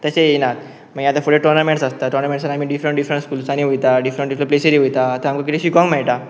तशें येला आतां फुडें टॉन्मॅट्स टॉन्मॅसट्स डिफरंट डिफरंट स्कूलसांनी वयता डिफरंट डिफरंट प्लेस वता आता किदें शिकंक मेळटा